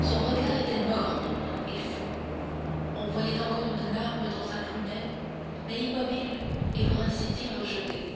son regard était morne et fou on voyait encore une larme dans sa prunelle mais immobile et pour ainsi dire gelée